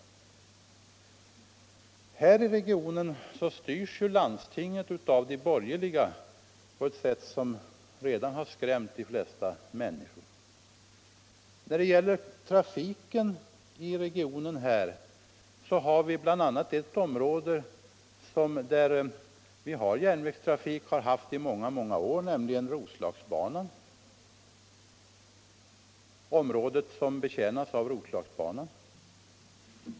Här i regionen styrs landstinget av de borgerliga på ett sätt som redan har skrämt de flesta människor. Vi har här bl.a. ett område där vi har järnvägstrafik och har haft det i många år, nämligen det område som betjänas av Roslagsbanan.